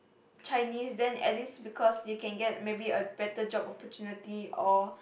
Chinese then at least because you can get maybe a better job opportunity or